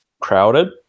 crowded